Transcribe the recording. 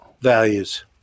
values